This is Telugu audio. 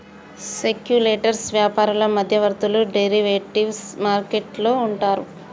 సెక్యులెటర్స్ వ్యాపారులు మధ్యవర్తులు డెరివేటివ్ మార్కెట్ లో ఉంటారు